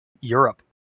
Europe